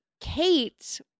Kate